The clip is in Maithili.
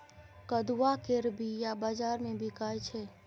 कदुआ केर बीया बजार मे बिकाइ छै